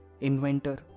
inventor